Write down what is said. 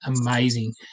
amazing